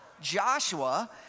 Joshua